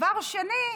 דבר שני,